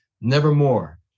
Nevermore